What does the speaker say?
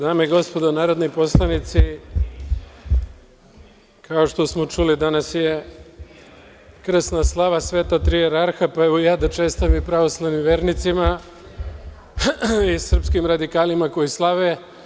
Dame i gospodo narodni poslanici, kao što smo čuli, danas je krsna slava Sveta Tri Jerarha, pa evo i ja da čestitam pravoslavnim vernicima i srpskim radikalima koji slave.